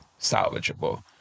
salvageable